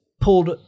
pulled